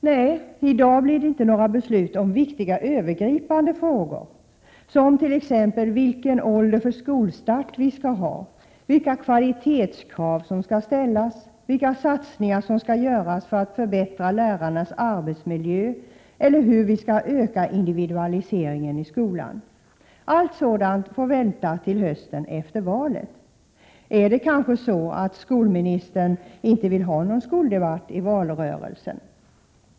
Nej, i dag blir det inte några beslut om viktiga övergripande frågor, som t.ex. vilken ålder för skolstart som vi skall ha, vilka kvalitetskrav som skall ställas, vilka satsningar som skall göras för att förbättra lärarnas arbetsmiljö eller hur vi skall öka individualiseringen i skolan. Allt sådant får vänta till hösten, efter valet. Är det kanske så, att skolministern inte vill ha någon skoldebatt i valrörelsen?